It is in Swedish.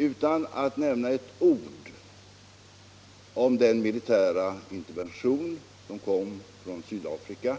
Utan att nämna ett ord om den militära interventionen från Sydafrikas sida